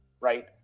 right